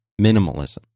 minimalism